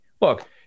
look